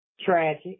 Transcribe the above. Tragic